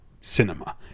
cinema